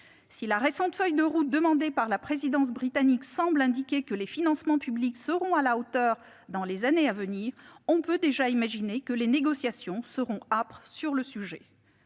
Si la récente feuille de route demandée par la présidence britannique semble indiquer que les financements publics seront à la hauteur dans les années à venir, on peut imaginer que les négociations seront âpres sur le sujet.